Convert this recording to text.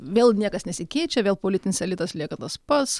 vėl niekas nesikeičia vėl politinis elitas lieka tas pats